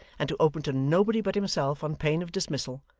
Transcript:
and to open to nobody but himself on pain of dismissal,